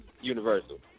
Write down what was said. universal